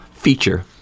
feature